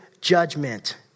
judgment